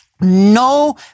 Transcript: no